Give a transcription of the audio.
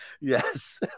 yes